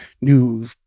new